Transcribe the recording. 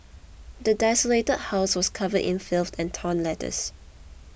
the desolated house was covered in filth and torn letters